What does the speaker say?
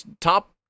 top